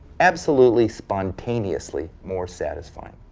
absolutely, spontaneously, more satisfying.